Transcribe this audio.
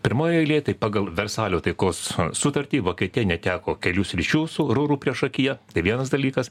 pirmoj eilėj pagal versalio taikos sutartį vokietija neteko kelių sričių su ruru priešakyje tai vienas dalykas